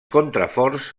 contraforts